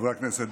חברי הכנסת,